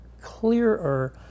clearer